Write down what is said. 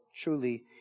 truly